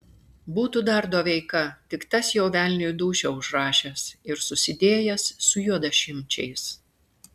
būtų dar doveika tik tas jau velniui dūšią užrašęs ir susidėjęs su juodašimčiais